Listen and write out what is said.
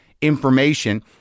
information